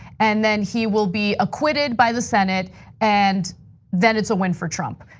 and then he will be acquitted by the senate and then, it's a win for trump.